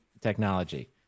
technology